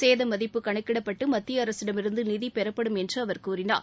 சேத மதிப்பு கணக்கிடப்பட்டு மத்திய அரசிடமிருந்து நிதி பெறப்படும் என்று அவர் கூறினார்